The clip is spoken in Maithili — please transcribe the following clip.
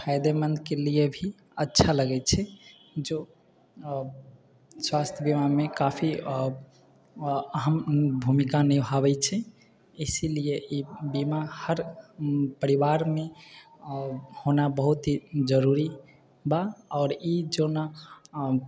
फायदेमन्दके लिए भी अच्छा लगै छै जो स्वास्थ्य बीमामे काफी अहम भूमिका निभाबै छै इसीलिए ई बीमा हर परिवारमे होना बहुत ही जरूरी बा आओर ई जो ने